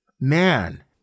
Man